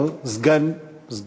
לפני שאנחנו פותחים,